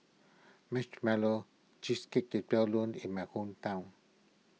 Marshmallow Cheesecake is known in my hometown